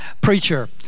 preacher